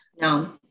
no